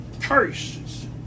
curses